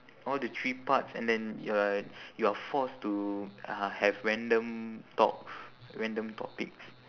all the three parts and then you are you are forced to uh have random talks random topics